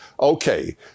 okay